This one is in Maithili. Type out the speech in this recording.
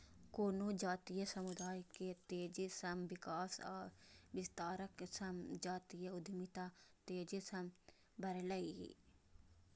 कोनो जातीय समुदाय के तेजी सं विकास आ विस्तारक संग जातीय उद्यमिता तेजी सं बढ़लैए